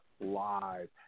live